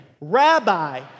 Rabbi